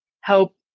help